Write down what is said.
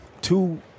two